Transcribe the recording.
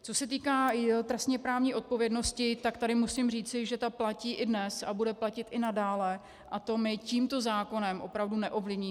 Co se týká trestněprávní odpovědnosti, tak tady musím říci, že ta platí i dnes a bude platit i nadále, a to my tímto zákonem opravdu neovlivníme.